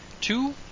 Two